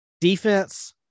Defense